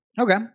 Okay